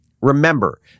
Remember